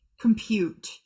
compute